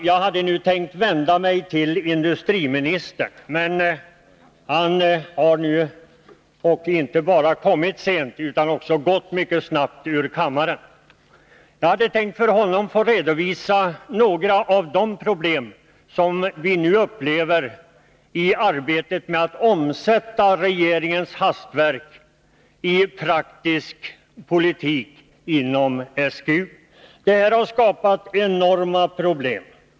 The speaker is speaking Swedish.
Jag hade nu tänkt vända mig till industriministern, men han har inte bara kommit sent utan nu också gått mycket snabbt ur kammaren. Jag hade tänkt för honom få redovisa några av de problem som vi nu upplever i arbetet med att omsätta regeringens hastverk i praktisk politik inom SGU. Enorma problem har nu skapats.